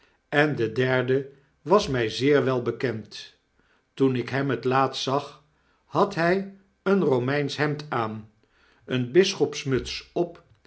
en de derde was my zeer wel bekend toen ik hem het laatst zag had hij een komeinsch hemd aan eene bisschopsmuts op